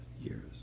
years